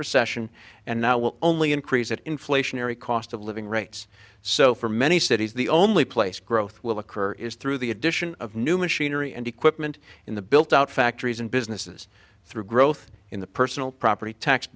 recession and now will only increase that inflationary cost of living rates so for many cities the only place growth will occur is through the addition of new machinery and equipment in the built out factories and businesses through growth in the personal property tax